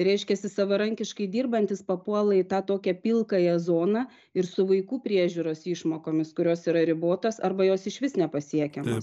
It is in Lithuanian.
tai reiškiasi savarankiškai dirbantys papuola į tą tokią pilkąją zoną ir su vaikų priežiūros išmokomis kurios yra ribotos arba jos išvis nepasiekiamos